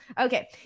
Okay